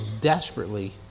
desperately